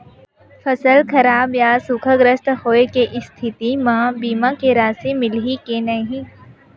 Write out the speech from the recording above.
फसल खराब या सूखाग्रस्त होय के स्थिति म बीमा के राशि मिलही के नही?